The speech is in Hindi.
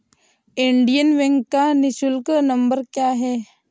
इंडियन बैंक का निःशुल्क नंबर क्या है?